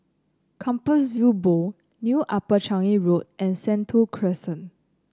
Compassvale Bow New Upper Changi Road and Sentul Crescent